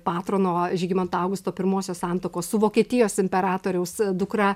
patrono žygimanto augusto pirmosios santuokos su vokietijos imperatoriaus dukra